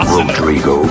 Rodrigo